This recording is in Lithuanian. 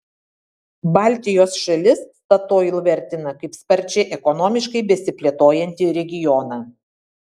baltijos šalis statoil vertina kaip sparčiai ekonomiškai besiplėtojantį regioną